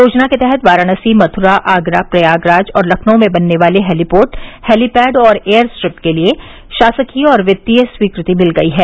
योजना के तहत वाराणसी मथ्रा आगरा प्रयागराज और लखनऊ में बनने वाले हेलीपोर्ट हेलीपैड और एयरस्ट्रिप के लिये शासकीय और वित्तीय स्वीकृति मिल गई हैं